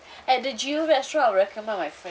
at the jewel restaurant I will recommend my friend